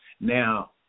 now